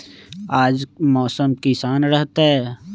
आज मौसम किसान रहतै?